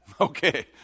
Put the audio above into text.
Okay